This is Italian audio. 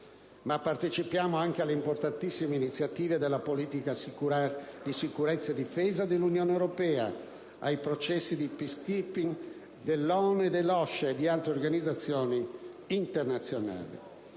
e partecipiamo anche alle importantissime iniziative della Politica europea di sicurezza e difesa e ai processi di *peace keeping* dell'ONU, dell'OSCE e di altre organizzazioni internazionali.